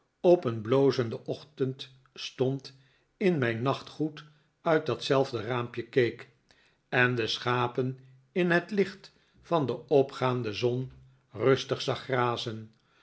op een blozenden ochtendstond in mijn nachtgoed uit datzelfde raampje keek en de schapen in het licht van de opgaande zon rustig zag grazen